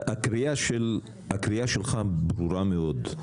הקריאה שלך ברורה מאוד,